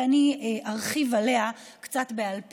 ואני ארחיב עליה קצת בעל פה.